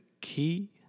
key